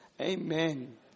Amen